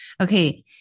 Okay